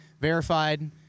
verified